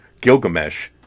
Gilgamesh